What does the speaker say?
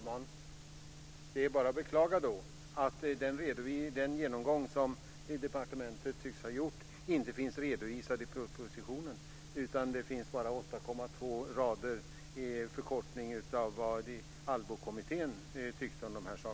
Fru talman! Det är bara att beklaga att den genomgång som ni har gjort inom departementet inte finns redovisad i propositionen. Där finns bara ett sammandrag på 8,2 rader om vad Allbo-kommittén tyckte om detta.